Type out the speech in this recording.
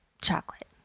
Chocolate